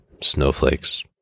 snowflakes